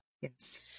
Yes